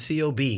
Cob